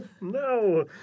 No